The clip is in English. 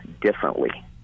differently